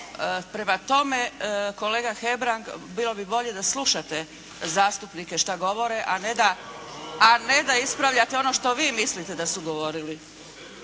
Prema tome kolega Hebrang bilo bi bolje da slušate zastupnike što govore a ne da, a ne da ispravljate ono što vi mislite da su govorili.